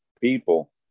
people